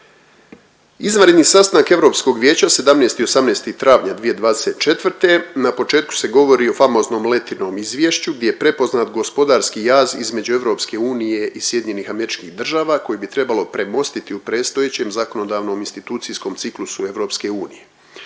Izvanredni sastanak Europskog vijeća 17. i 18. travnja 2024., na početku se govori o famoznom Lettinom izvješću gdje prepoznat gospodarski jaz između EU i SAD-a koji bi trebalo premostiti u predstojećem zakonodavnom institucijskom ciklusu EU.